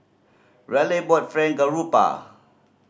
Raleigh bought Fried Garoupa